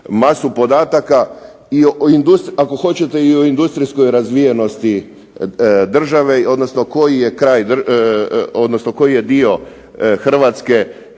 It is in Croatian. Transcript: masu podataka ako hoćete i o industrijskoj razvijenosti države, odnosno koji je dio Hrvatske